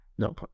No